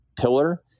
pillar